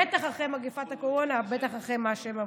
בטח אחרי מגפת הקורונה, בטח אחרי מה שהם עברו.